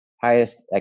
Highest